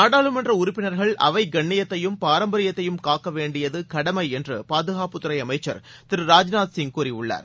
நாடாளுமன்றட்பினர்கள் அவைகண்ணியத்தையும் பாரம்பரியத்தையும் காக்கவேண்டியதுகடமைஎன்றுபாதுகாப்புத்துறைஅமைச்சர் திரு ராஜ்நாத் சிங் கூறியுள்ளார்